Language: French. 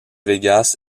vegas